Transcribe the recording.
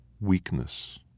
Weakness